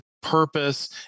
purpose